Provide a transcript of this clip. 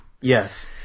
Yes